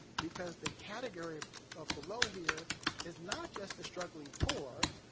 because the category of below here is not just the struggling poor,